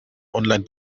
online